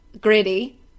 gritty